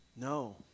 No